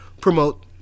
promote